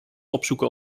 opzoeken